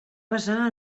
basar